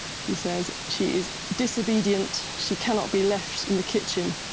she says, she is disobedient, she cannot be left in the kitchen.